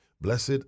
Blessed